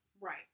right